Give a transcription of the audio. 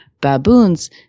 baboons